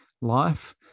life